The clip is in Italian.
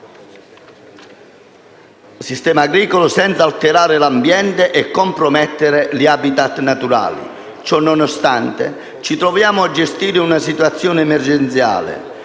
al sistema agricolo, senza alterare l’ambiente e compromettere gli habitat naturali. Ciononostante, ci troviamo a gestire una situazione emergenziale.